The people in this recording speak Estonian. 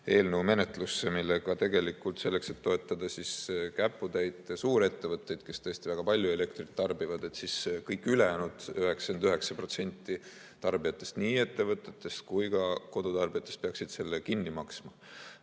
eelnõu, millega tegelikult selleks, et toetada käputäit suurettevõtteid, kes tõesti väga palju elektrit tarbivad, peaksid kõik ülejäänud 99% tarbijatest, nii ettevõtetest kui ka kodutarbijatest, selle kõrgema